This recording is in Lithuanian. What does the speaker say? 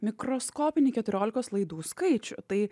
mikroskopinį keturiolikos laidų skaičių tai